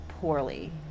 poorly